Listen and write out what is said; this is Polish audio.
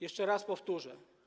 Jeszcze raz powtórzę.